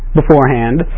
beforehand